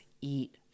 Eat